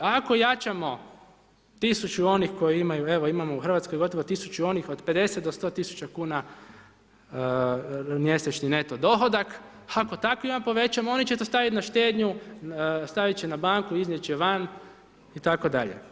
Ako jačamo tisuću onih, evo imamo u Hrvatskoj gotovo tisuću onih od 50 do 100 tisuća kuna mjesečni neto dohodak, ako takvima povećamo, oni će to staviti na štednju, staviti će na banku, iznijet će van itd.